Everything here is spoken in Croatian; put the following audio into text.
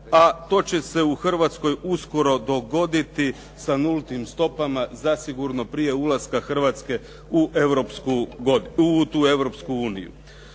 a to će se u Hrvatskoj uskoro dogoditi sa nultnim stopama zasigurno prije ulaska Hrvatske u Europsku uniju.